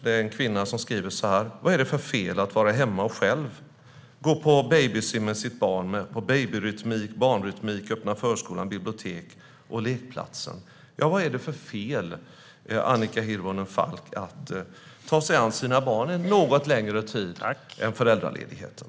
Det är en kvinna som skriver: Vad är det för fel med att vara hemma och själv gå på babysim med sitt barn? Man kan gå på babyrytmik, barnrytmik, öppna förskolan, biblioteket och lekplatsen. Ja, vad är det för fel, Annika Hirvonen Falk, med att ta sig an sina barn under en något längre tid än föräldraledigheten?